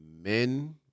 Men